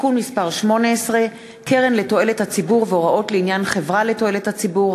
(תיקון מס' 18) (קרן לתועלת הציבור והוראות לעניין חברה לתועלת הציבור),